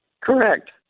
Correct